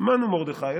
"מנו מרדכי"